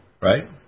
right